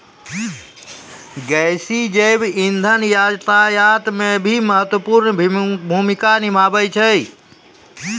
गैसीय जैव इंधन यातायात म भी महत्वपूर्ण भूमिका निभावै छै